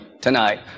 tonight